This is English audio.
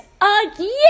again